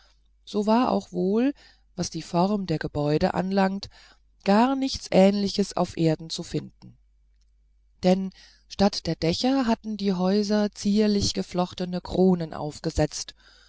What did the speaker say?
so war auch wohl was die form der gebäude anlangt gar nichts ähnliches auf erden zu finden denn statt der dächer hatten die häuser zierlich geflochtene kronen aufgesetzt